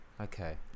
okay